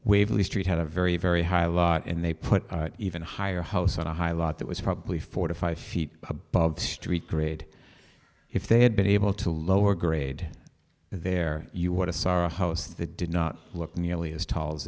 waverly street had a very very high lot and they put even higher house on a high lot that was probably four to five feet above the street cred if they had been able to lower grade their you would a sorry host that did not look nearly as tall as